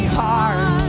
heart